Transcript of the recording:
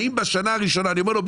האם בשנה הראשונה אני אומר לו,